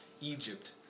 Egypt